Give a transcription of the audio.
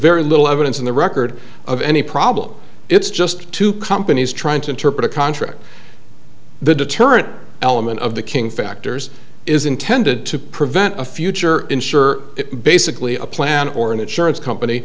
very little evidence in the record of any problem it's just two companies trying to interpret a contract the deterrent element of the king factors is intended to prevent a future ensure basically a plan or an insurance company